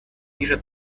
ниже